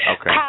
okay